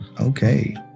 Okay